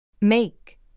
make